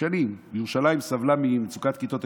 שנים ירושלים סבלה ממצוקת כיתות.